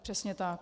Přesně tak.